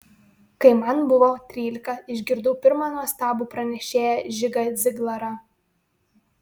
kai man buvo trylika išgirdau pirmą nuostabų pranešėją žigą ziglarą